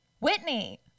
Whitney